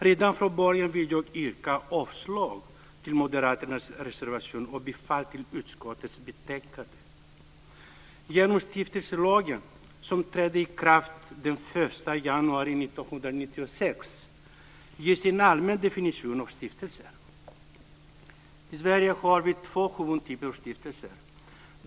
Redan från början vill jag yrka avslag på Moderaternas reservation och bifall till utskottets hemställan i betänkandet. I Sverige har vi två typer av stiftelser.